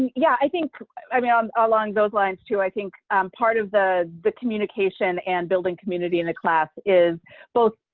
yeah, i think i mean i'm along those lines too. i think part of the the communication and building community in the class is both,